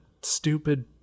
stupid